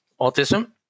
autism